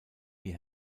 die